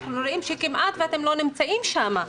אנחנו רואים שכמעט ואתם לא נמצאים שם.